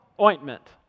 ointment